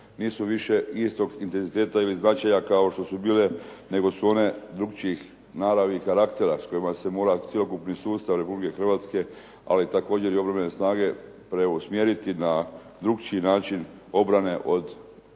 Nisu više istog intenziteta ili značaja kao što su bile, nego su one drukčijih naravi i karaktera s kojima se mora cjelokupni sustav Republike Hrvatske, ali također i obrambene snage preusmjeriti na drukčiji način obrane od